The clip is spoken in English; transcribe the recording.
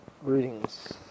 Greetings